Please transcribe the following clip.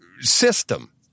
system